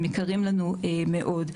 הם יקרים לנו מאוד.